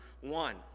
one